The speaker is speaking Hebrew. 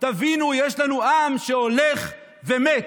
תבינו, יש לנו עם שהולך ומת.